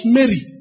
Mary